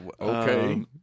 okay